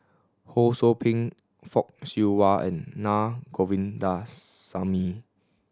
Ho Sou Ping Fock Siew Wah and Na Govindasamy